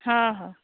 ହଁ ହଁ